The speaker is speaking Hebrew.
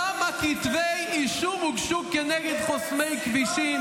כמה כתבי אישום הוגשו כנגד חוסמי כבישים?